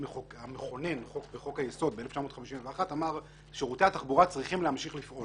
המכונן בחוק היסוד ב-1951 אמר: שירותי התחבורה צריכים להמשיך לפעול.